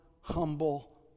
humble